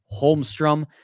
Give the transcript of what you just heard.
Holmstrom